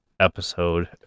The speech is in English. episode